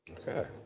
Okay